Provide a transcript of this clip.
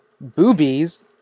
boobies